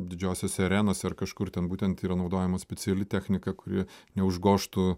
didžiosiose arenose ar kažkur ten būtent yra naudojama speciali technika kuri neužgožtų